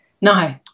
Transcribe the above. No